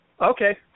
Okay